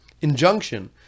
injunction